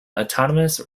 autonomous